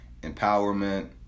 empowerment